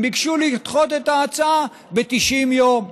הם ביקשו לדחות את ההצעה ב-90 יום.